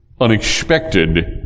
unexpected